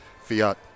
fiat